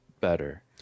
better